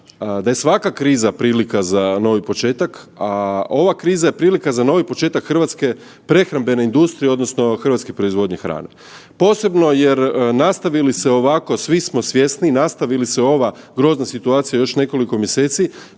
da je svaka kriza prilika za novi početak, a ova kriza je prilika za novi početak hrvatske prehrambene industrije odnosno hrvatske proizvodnje hrane. Posebno jer nastavi li se ovako, svi smo svjesni, nastavili se ova grozna situacija još nekoliko mjeseci